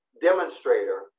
demonstrator